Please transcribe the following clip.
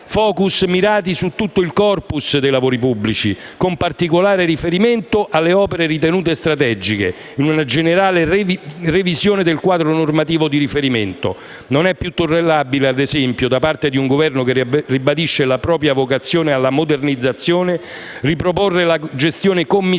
*focus* mirati su tutto il *corpus* dei lavori pubblici, con particolare riferimento alle opere ritenute strategiche, in una generale revisione del quadro normativo di riferimento. Non è più tollerabile - ad esempio - da parte di un Governo che ribadisce la propria vocazione alla modernizzazione, riproporre la gestione commissariale,